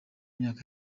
myaka